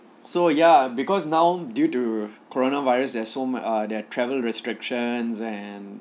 so ya because now due to coronavirus there's so ma~ err there are travel restrictions and